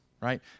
right